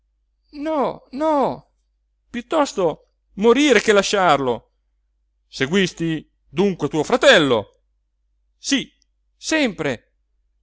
no no piuttosto morire che lasciarlo seguisti dunque tuo fratello sí sempre